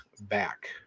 back